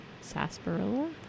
sarsaparilla